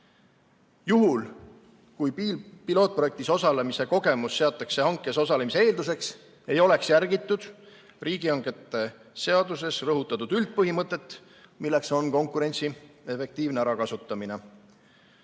Juhul, kui pilootprojektis osalemise kogemus seataks hankes osalemise eelduseks, ei oleks järgitud riigihangete seaduses rõhutatud üldpõhimõtet, milleks on konkurentsi efektiivne ärakasutamine.